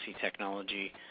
technology